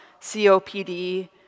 COPD